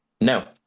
no